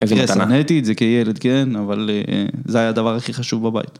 שנאתי את זה כילד, כן? אבל זה היה הדבר הכי חשוב בבית.